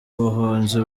ubuhunzi